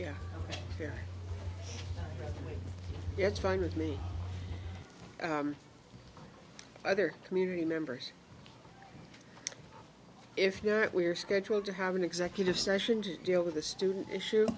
yeah yeah yeah it's fine with me other community members if we're scheduled to have an executive session to deal with the student issue